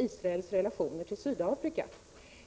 Israels relationer till Sydafrika.